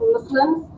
Muslims